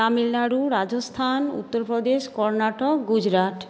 Tamil Nadu Rajasthan Uttar Pradesh Karnataka Gujarat